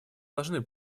должны